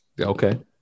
Okay